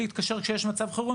כשיש מצב חירום,